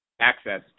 access